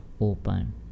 open